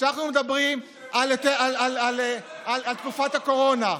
כשאנחנו מדברים על תקופת הקורונה,